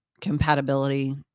compatibility